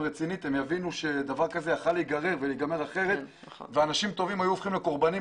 רצינית אז אנשים טובים יהפכו לקורבנות